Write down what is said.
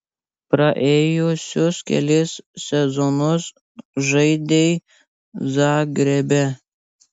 praėjusius kelis sezonus žaidei zagrebe